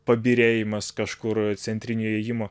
pabyrėjimas kažkur centrinio įėjimo